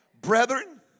Brethren